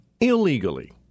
illegally